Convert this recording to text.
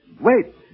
Wait